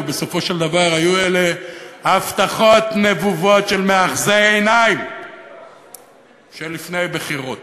בסופו של דבר היו אלה הבטחות נבובות של מאחזי עיניים של לפני בחירות,